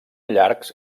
llargs